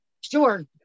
Sure